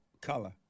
color